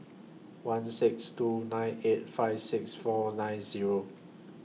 one six two nine eight five six four nine Zero